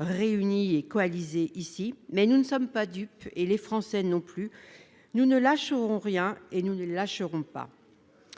réunies et coalisées ici, mais nous ne sommes pas dupes, les Français non plus. Nous ne lâcherons rien et nous ne les lâcherons pas.